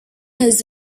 has